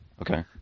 Okay